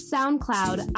SoundCloud